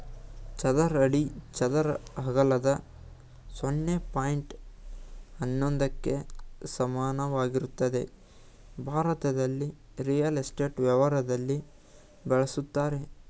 ಚದರ ಅಡಿ ಚದರ ಅಂಗಳದ ಸೊನ್ನೆ ಪಾಯಿಂಟ್ ಹನ್ನೊಂದಕ್ಕೆ ಸಮಾನವಾಗಿರ್ತದೆ ಭಾರತದಲ್ಲಿ ರಿಯಲ್ ಎಸ್ಟೇಟ್ ವ್ಯವಹಾರದಲ್ಲಿ ಬಳುಸ್ತರೆ